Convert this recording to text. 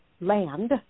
land